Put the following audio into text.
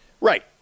Right